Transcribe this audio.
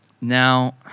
Now